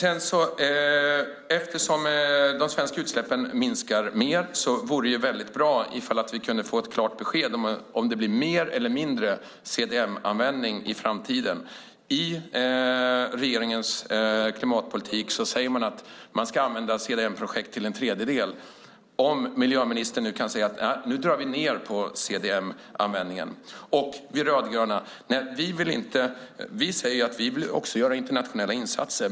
Eftersom de svenska utsläppen minskar mer vore det bra om vi kunde få ett klart besked om det blir mer eller mindre CDM-användning i framtiden. Enligt regeringens klimatpolitik ska man använda CDM-projekt till en tredjedel. Kan miljöministern säga att man nu drar ned på CDM-användningen? Vi rödgröna säger att vi också vill göra internationella insatser.